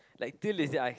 like till this day I